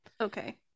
Okay